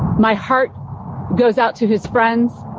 my heart goes out to his friends.